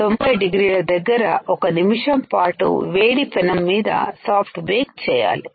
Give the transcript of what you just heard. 90 డిగ్రీల దగ్గర ఒక నిమిషం పాటు వేడి పెనం మీద సాఫ్ట్ బేక్ చేయాలి